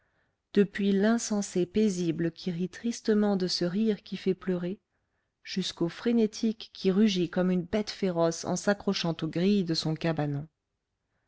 depuis l'insensé paisible qui rit tristement de ce rire qui fait pleurer jusqu'au frénétique qui rugit comme une bête féroce en s'accrochant aux grilles de son cabanon